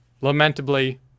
Lamentably